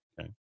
okay